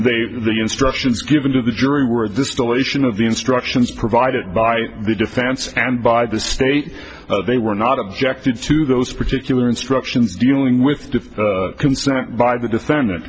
they the instructions given to the jury were a distillation of the instructions provided by the defense and by the state they were not objected to those particular instructions dealing with the consent by the defendant